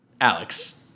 Alex